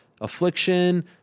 Affliction